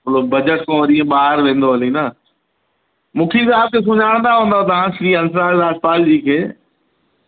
थोरो बजट खां वरी ईअं ॿाहिरि वेंदो हली न मुखी व्यास खे सुञाणंदा हूंदव तव्हां श्री हंसराज राजपाल जी खे